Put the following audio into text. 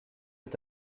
est